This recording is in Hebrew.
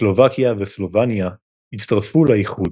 סלובקיה וסלובניה הצטרפו לאיחוד.